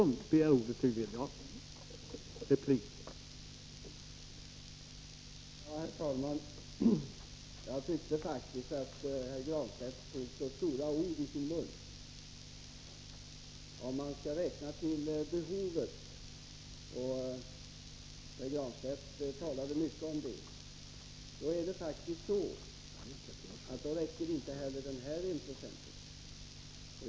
Herr talman! Jag tyckte att Pär Granstedt tog stora ord i sin mun. Om man skall se till behovet — och Pär Granstedt talade mycket om det — då räcker det faktiskt inte med 1 96.